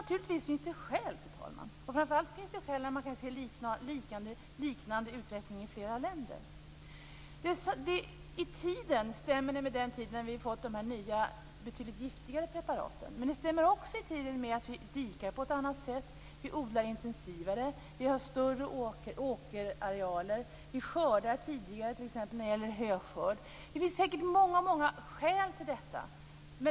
Naturligtvis finns det skäl, fru talman, framför allt när man kan se en liknande utveckling i andra länder. I tiden stämmer detta med de nya, giftigare preparaten. Detta stämmer också i tiden med att dikningen sker på ett annat sätt, odlingen är intensivare, åkerarealen är större, höskörden sker tidigare. Det finns många skäl.